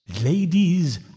Ladies